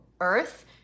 earth